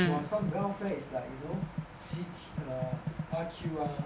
while some welfare is like you know c~ R_Q ah